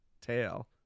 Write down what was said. tail